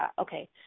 okay